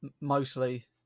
mostly